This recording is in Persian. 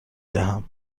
دهم